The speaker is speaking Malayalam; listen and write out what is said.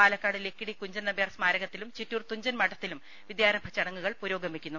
പാലക്കാട് ലക്കിടി കുഞ്ചൻ നമ്പ്യാർ സ് മാരകത്തിലും ചിറ്റൂർ തുഞ്ചൻ മഠത്തിലും വിദ്യാരംഭ ചടങ്ങു കൾ പുരോഗമിക്കുന്നു